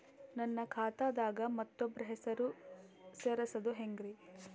ನನ್ನ ಖಾತಾ ದಾಗ ಮತ್ತೋಬ್ರ ಹೆಸರು ಸೆರಸದು ಹೆಂಗ್ರಿ?